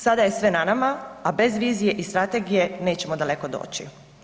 Sada je sve na nama, a bez vizije i strategije nećemo daleko doći.